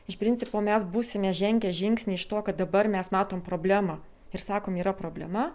iš principo mes būsime žengę žingsnį iš to kad dabar mes matom problemą ir sakom yra problema